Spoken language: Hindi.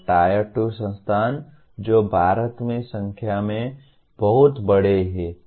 और Tier 2 संस्थान जो भारत में संख्या में बहुत बड़े हैं